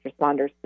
responders